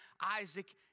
Isaac